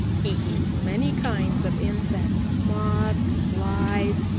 he eats many kinds of insects, moths, flies,